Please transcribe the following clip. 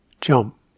jump